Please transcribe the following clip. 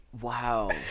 Wow